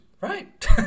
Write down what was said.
right